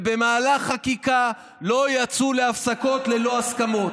ובמהלך חקיקה לא יצאו להפסקות ללא הסכמות.